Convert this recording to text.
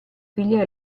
figlia